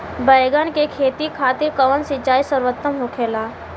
बैगन के खेती खातिर कवन सिचाई सर्वोतम होखेला?